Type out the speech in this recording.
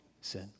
sin